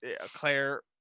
Claire